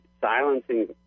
silencing